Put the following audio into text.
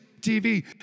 TV